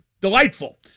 delightful